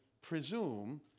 presume